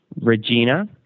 Regina